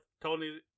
Tony